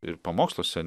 ir pamoksluose